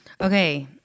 okay